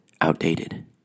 outdated